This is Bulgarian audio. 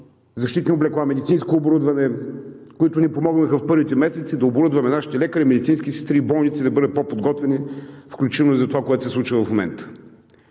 защитни облекла, медицинско оборудване, които ни помогнаха в първите месеци да оборудваме нашите лекари, медицински сестри и болници, да бъдат по-подготвени, включително за това, което се случва в момента.